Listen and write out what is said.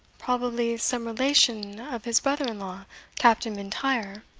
probably some relation of his brother-in-law captain m'intyre.